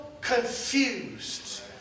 confused